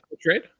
trade